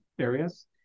areas